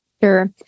Sure